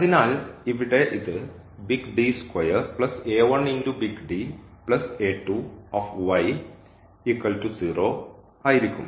അതിനാൽ ഇവിടെ ഇത് ആയിരിക്കും